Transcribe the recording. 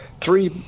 three